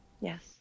Yes